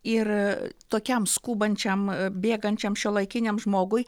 ir tokiam skubančiam bėgančiam šiuolaikiniam žmogui